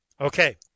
Okay